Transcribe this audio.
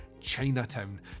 Chinatown